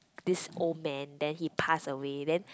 this old man then he pass away then